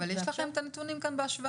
אבל יש לכם את הנתונים כאן בהשוואה?